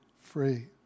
free